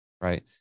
right